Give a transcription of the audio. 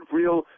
real